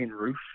Roof